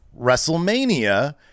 Wrestlemania